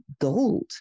gold